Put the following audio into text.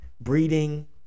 breeding